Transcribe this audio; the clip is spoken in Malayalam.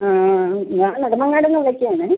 ഞാൻ നെടുമങ്ങാടു നിന്ന് വിളിക്കുക ആണ്